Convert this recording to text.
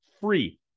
free